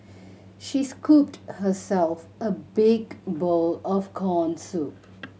she scooped herself a big bowl of corn soup